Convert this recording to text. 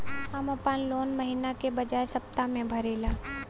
हम आपन लोन महिना के बजाय सप्ताह में भरीला